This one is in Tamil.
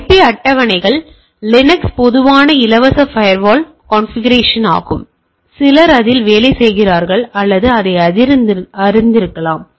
எனவே ஐபி அட்டவணைகள் லினக்ஸிற்கான பொதுவான இலவச ஃபயர்வால் கன்பிகுரேஷன் ஆகும் உங்களில் சிலர் அதில் வேலை செய்கிறார்கள் அல்லது அதை அறிந்திருக்கலாம்